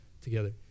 together